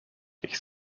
ich